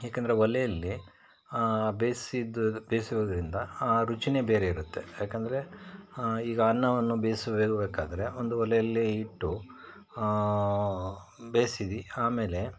ಏಕೆಂದ್ರೆ ಒಲೆಯಲ್ಲಿ ಆ ಬೇಸಿದ್ದ ಬೇಸುವುದರಿಂದ ಆ ರುಚಿಯೇ ಬೇರೆಯಿರುತ್ತೆ ಏಕೆಂದ್ರೆ ಈಗ ಅನ್ನವನ್ನು ಬೇಸುವಬೇಕಾದ್ರೆ ಒಂದು ಒಲೆಯಲ್ಲಿ ಇಟ್ಟು ಆ ಬೇಸಿದ್ದು ಆಮೇಲೆ